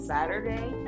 Saturday